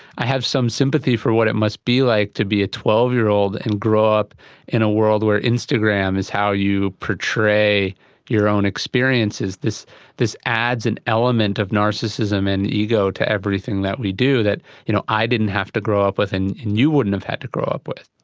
i have some sympathy for what it must be like to be a twelve year old and grow up in a world where instagram is how you portray your own experiences. this this adds an element of narcissism and ego to everything that we do that you know i didn't have to grow up with and you wouldn't have had to grow up with.